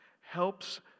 helps